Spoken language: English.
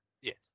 Yes